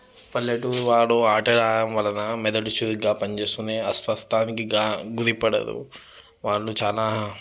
పల్లెటూరి వాడు ఆటలు ఆడడం వలన మెదడు చురుగ్గా పనిచేస్తుంది అస్వస్థానికీ గా గురి పడదు వాళ్ళు చాలా